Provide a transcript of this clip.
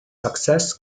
success